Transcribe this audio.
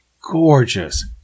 Gorgeous